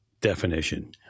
definition